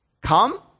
Come